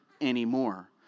anymore